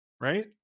right